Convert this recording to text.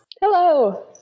Hello